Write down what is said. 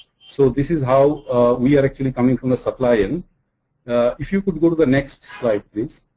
so this is how we are actually coming from the supplying. if you could go to the next slide, please.